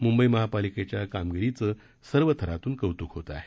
मूंबई महापालिकेच्या कामगिरीचं सर्व थरात्न कौत्क होत आहे